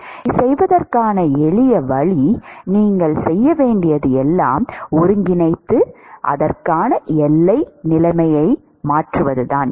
இதைச் செய்வதற்கான எளிய வழி நீங்கள் செய்ய வேண்டியது எல்லாம் ஒருங்கிணைத்து அதற்கான எல்லை நிலைமைகளை மாற்றுவதுதான்